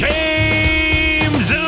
James